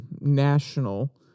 national